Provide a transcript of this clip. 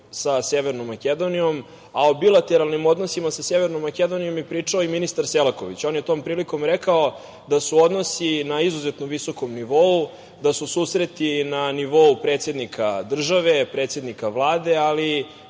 sa Severnom Makedonijom, a o bilateralnim odnosima sa Severnom Makedonijom je pričao i ministar Selaković. On je tom prilikom rekao da su odnosi na izuzetno visokom nivou, da su susreti na nivou predsednika države, predsednika Vlade, ali